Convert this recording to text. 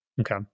Okay